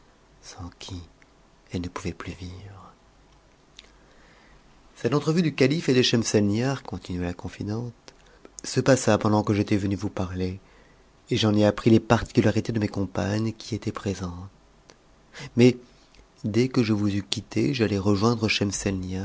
sans qui elle ne p vait plus vivre cette entrevue du calife et de schemselnihar continua la confidente passa pendant que j'étais venue vous parler et j'en ai appris les nrticutarités de mes compagnes qui étaient présentes mais dès que vous eus quitte j'allai rejoindre